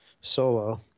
solo